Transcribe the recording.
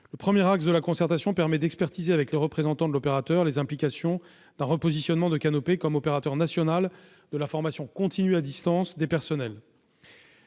Le premier axe de la concertation permet d'expertiser avec les représentants de l'opérateur les implications d'un repositionnement de Canopé comme opérateur national de la formation continue à distance des personnels.